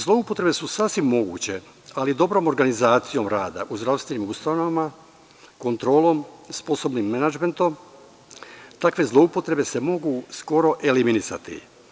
Zloupotrebe su sasvim moguće, ali dobrom organizacijom rada u zdravstvenim ustanovama, kontrolom i sposobnim menadžmentom, takve zloupotrebe se mogu skoro eliminisati.